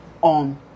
On